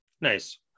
Nice